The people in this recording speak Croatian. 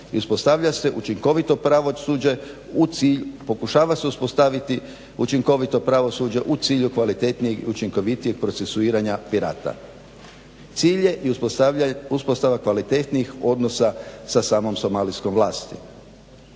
uspostaviti učinkovito pravosuđe u cilju kvalitetnijeg i učinkovitijeg procesuiranja pirata. Cilj je uspostava kvalitetnih odnosa sa samom somalijskom vlasti.